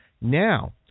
Now